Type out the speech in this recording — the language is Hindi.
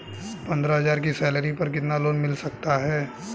पंद्रह हज़ार की सैलरी पर कितना लोन मिल सकता है?